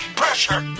pressure